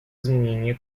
изменение